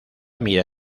mira